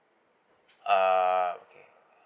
err okay